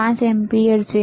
5 ampere છે